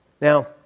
Now